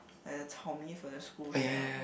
like the chao-mee-fen the school sell